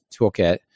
toolkit